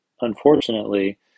unfortunately